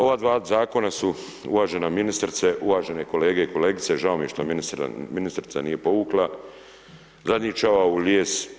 Ova dva Zakona su uvažena ministrice, uvažene kolege i kolegice, žao mi je što ministrica nije povukla, zadnji čavao u lijes